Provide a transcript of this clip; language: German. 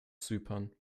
zypern